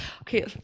okay